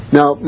Now